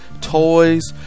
toys